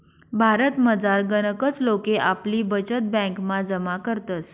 भारतमझार गनच लोके आपली बचत ब्यांकमा जमा करतस